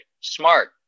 smart